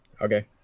okay